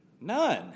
None